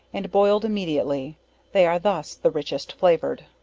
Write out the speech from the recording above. and boiled immediately they are thus the richest flavored.